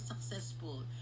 successful